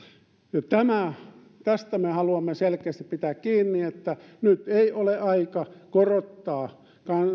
tästä me haluamme selkeästi pitää kiinni että nyt ei ole aika korottaa